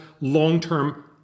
long-term